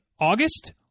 August